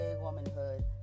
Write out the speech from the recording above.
womanhood